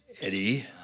Eddie